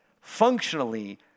Functionally